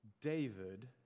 David